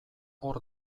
hor